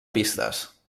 pistes